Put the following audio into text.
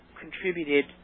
contributed